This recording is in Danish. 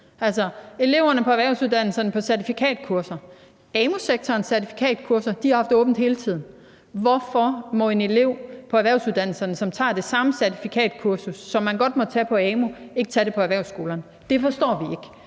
eleverne på erhvervsuddannelserne på certifikatkurser? Amu-sektorens certifikatkurser har haft åbent hele tiden, så hvorfor må en elev på en erhvervsuddannelse, som tager det samme certifikatkursus, som man godt må tage på amu, ikke tage det på erhvervsskolen? Det forstår vi ikke.